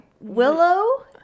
Willow